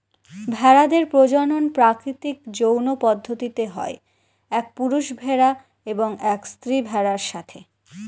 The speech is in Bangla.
ভেড়াদের প্রজনন প্রাকৃতিক যৌন পদ্ধতিতে হয় এক পুরুষ ভেড়া এবং এক স্ত্রী ভেড়ার সাথে